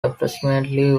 approximately